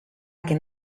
can